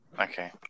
Okay